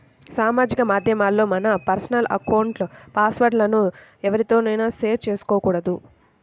సామాజిక మాధ్యమాల్లో మన పర్సనల్ అకౌంట్ల పాస్ వర్డ్ లను ఎవ్వరితోనూ షేర్ చేసుకోకూడదు